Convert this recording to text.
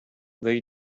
they